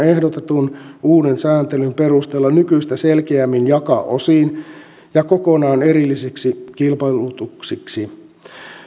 ehdotetun uuden sääntelyn perusteella nykyistä selkeämmin jakaa osiin ja kokonaan erillisiksi kilpailutuksiksi